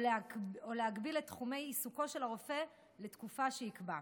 להגביל את תחומי עיסוקו של הרופא לתקופה שיקבע.